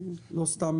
לא סתם